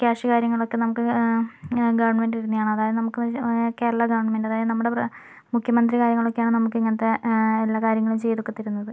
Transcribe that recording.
cash കാര്യങ്ങളൊക്കെ നമുക്ക് government തരുന്നെയാണ് അതായത് നമുക്ക് കേരള ഗവൺമെൻറ് അതായത് നമ്മുടെ പ്ര മുഖ്യമന്ത്രി കാര്യങ്ങൾ ഒക്കെ ആണ് നമുക്ക് ഇങ്ങനത്തെ എല്ലാ കാര്യങ്ങളും ചെയ്തു ഒക്കെ തരുന്നത്